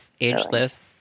ageless